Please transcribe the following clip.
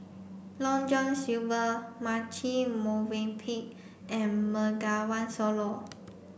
Long John Silver Marche Movenpick and Bengawan Solo